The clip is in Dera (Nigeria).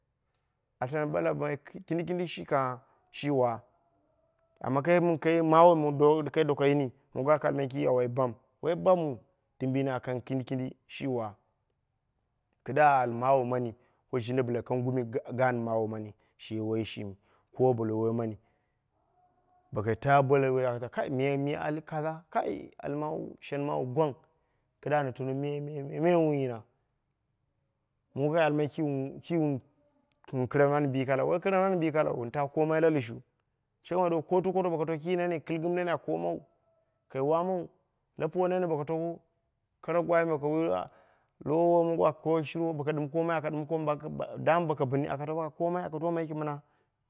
A tani bo lammai kindi kindi shi kwi shi wa amma kai mi kai mawo kai doka yini mongo aka almai ki a wai bami woi bammu dimbuyini a kang kindi kindi shi wa, kɨdda a al mawo maani wo shi jinda bɨla kang gumi gaan mawo mani shi woiyi shimi kowa bɨla wa mani. Bo kai taa bo bo lambe a ɓale kai ala ali maawu shenmaawu gwang kɨdda na tano me wom wun yina, mongo kai almai ki wun kɨran mani bikala woi bikallau wun tawu komai la lushu shang wu ɓalwo ko nene aka wamawu aka komawu kara gwai bo woi oh aka koi womongo aka kai shurwo daman bokoi bɨni a komai aka doma mu yiki mɨna